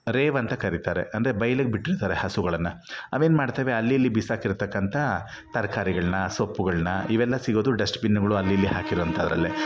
rave ಅಂತ ಕರೀತಾರೆ ಅಂದರೆ ಬಯ್ಲಿಗೆ ಬಿಟ್ಟಿರ್ತಾರೆ ಹಸುಗಳನ್ನು ಅವೇನು ಮಾಡ್ತವೆ ಅಲ್ಲಿ ಇಲ್ಲಿ ಬಿಸಾಕಿರ್ತಕ್ಕಂಥ ತರ್ಕಾರಿಗಳನ್ನ ಸೊಪ್ಪುಗಳನ್ನ ಇವೆಲ್ಲ ಸಿಗೋದು ಡಸ್ಟ್ಬಿನ್ಗಳು ಅಲ್ಲಿ ಇಲ್ಲಿ ಹಾಕಿರೋ ಅಂಥದ್ರಲ್ಲೇ